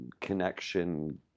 connection